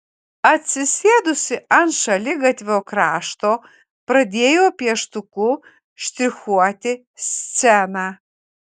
atsisėdusi ant šaligatvio krašto pradėjo pieštuku štrichuoti sceną